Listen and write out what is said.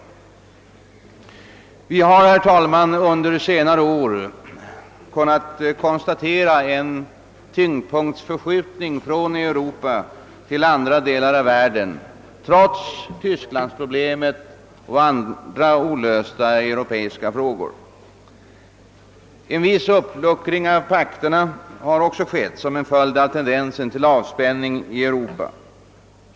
Vi har under senare år kunnat konstatera en tyngdpunktsförskjutning från Europa till andra delar av världen — trots tysklandsproblemet och andra olösta europeiska frågor. En viss uppluckring av pakterna har också skett som en följd av tendensen till avspänning i Europa.